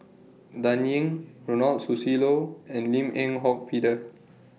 Dan Ying Ronald Susilo and Lim Eng Hock Peter